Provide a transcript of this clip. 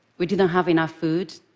we didn't have enough food,